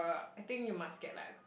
I think you must get like